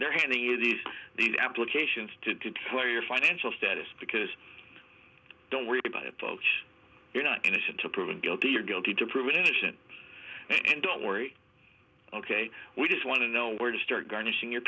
they're handing you these these applications to tell your financial status because don't worry about folks you're not innocent till proven guilty or guilty to proven innocent and don't worry ok we just want to know where to start garnishing your